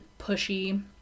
pushy